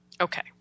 Okay